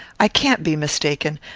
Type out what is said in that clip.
i can't be mistaken.